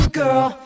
girl